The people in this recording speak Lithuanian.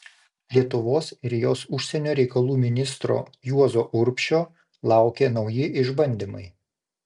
lietuvos ir jos užsienio reikalų ministro juozo urbšio laukė nauji išbandymai